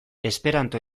esperanto